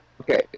Okay